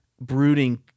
brooding